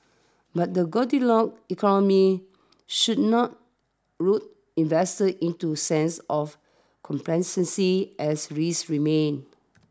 but the Goldilocks economy should not lull investors into sense of complacency as risks remain